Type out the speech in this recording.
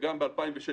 וגם ב-2006,